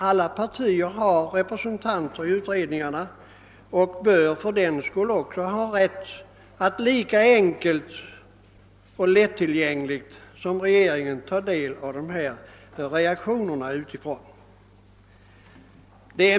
Alla partier har representanter i utredningen och bör för den skull också ha rätt att lika enkelt och lättfattligt som regeringen ta del av reaktionerna utifrån.